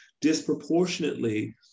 disproportionately